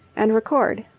and record.